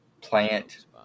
plant